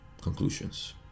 conclusions